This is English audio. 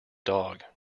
dog